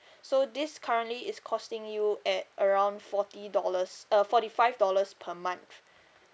so this currently is costing you at around forty dollars uh forty five dollars per month